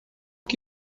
que